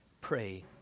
pray